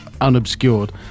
unobscured